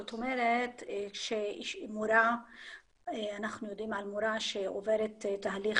זאת אומרת שאם אנחנו יודעים על מורה שעוברת תהליך